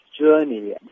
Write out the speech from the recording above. journey